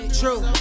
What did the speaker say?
true